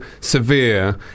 severe